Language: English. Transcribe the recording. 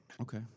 Okay